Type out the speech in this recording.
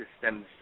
systems